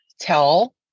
tell